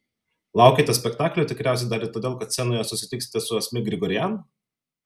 laukiate spektaklio tikriausiai dar ir todėl kad scenoje susitiksite su asmik grigorian